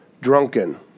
drunken